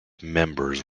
members